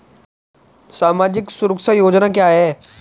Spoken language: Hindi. सामाजिक सुरक्षा योजना क्या है?